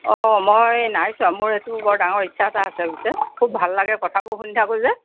অ মই নাই চোৱা মোৰ সেইটো বৰ ডাঙৰ ইচ্ছা এটা আছে পিছে খুব ভাল লাগে কথাবোৰ শুনি থাকোঁ যে